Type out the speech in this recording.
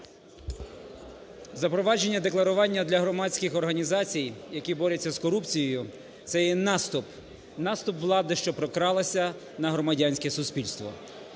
Запровадження декларування для громадських організацій, які борються з корупцією, – це є наступ, наступ влади, що прокралася на громадянське суспільство.